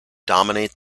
dominate